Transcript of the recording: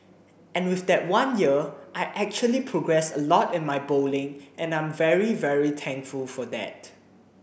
and with that one year I actually progressed a lot in my bowling and I'm very very thankful for that